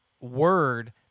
Word